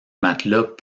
matelas